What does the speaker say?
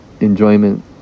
enjoyment